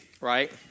right